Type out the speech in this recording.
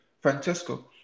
Francesco